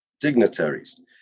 dignitaries